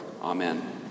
Amen